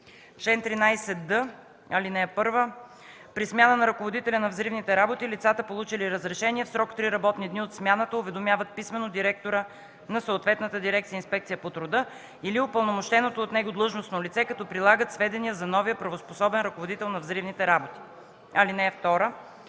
Чл. 13д. (1) При смяна на ръководителя на взривните работи лицата, получили разрешение, в срок три работни дни от смяната уведомяват писмено директора на съответната дирекция „Инспекция по труда” или упълномощеното от него длъжностно лице, като прилагат сведения за новия правоспособен ръководител на взривните работи. (2)